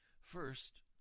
First